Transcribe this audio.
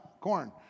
Corn